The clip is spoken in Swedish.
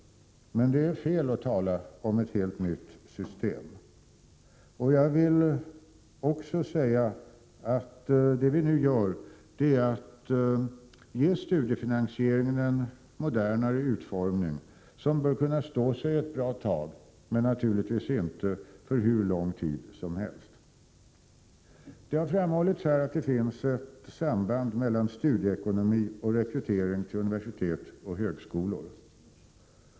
Men det är fel att tala om ett helt nytt system. Vad vi nu gör är att ge studiefinansieringen en modernare utformning som bör kunna stå sig ett bra tag, men naturligtvis inte hur lång Prot. 1987/88:128 tid som helst. 27 maj 1988 Det har framhållits i dagens debatt att det finns ett samband mellan studieekonomi och rekrytering till universitet och högskolor.